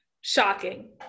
shocking